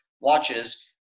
watches